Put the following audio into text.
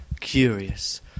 curious